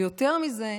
יותר מזה,